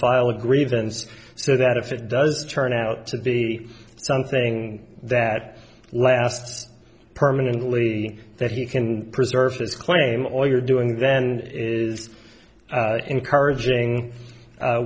file a grievance so that if it does turn out to be something that lasts permanently that he can preserve his claim all you're doing then is encouraging